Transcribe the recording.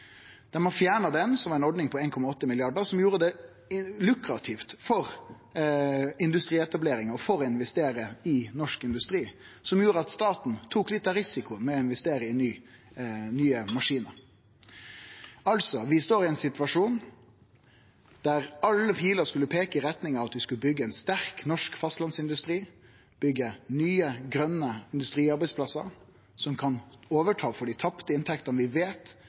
fjerna den ordninga, som var ei ordning på 1,8 mrd. kr, som gjorde det lukrativt for industrietableringa og for å investere i norsk industri, som gjorde at staten tok litt av risikoen med å investere i nye maskinar. Vi står altså i ein situasjon der alle piler skulle peike i retning av at vi skulle byggje ein sterk norsk fastlandsindustri, byggje nye grøne industriarbeidsplassar, som kan overta for dei tapte inntektene vi veit